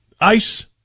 ICE